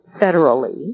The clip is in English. federally